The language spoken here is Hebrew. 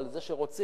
אבל זה שרוצים,